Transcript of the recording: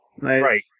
Right